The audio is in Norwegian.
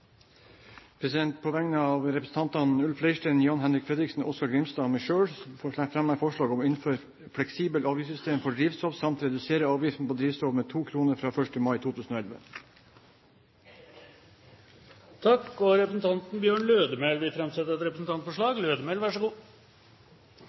På vegne av representantene Ulf Leirstein, Jan-Henrik Fredriksen, Oskar J. Grimstad og meg selv fremmer jeg forslag om å innføre fleksibelt avgiftssystem for drivstoff, samt redusere avgiftene på drivstoff med 2 kroner fra 1. mai 2011. Representanten Bjørn Lødemel vi framsette et representantforslag.